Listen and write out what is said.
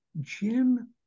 Jim